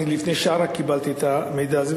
אני רק לפני שעה קיבלתי את המידע הזה,